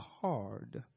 hard